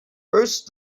first